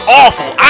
awful